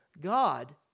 God